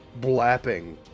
blapping